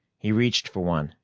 he reached for one,